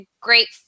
great